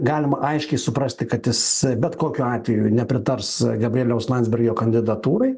galime aiškiai suprasti kad jis bet kokiu atveju nepritars gabrieliaus landsbergio kandidatūrai